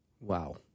Wow